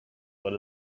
let